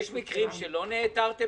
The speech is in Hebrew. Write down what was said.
יש מקרים שלא נעתרתם